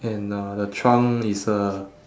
and uh the trunk is uh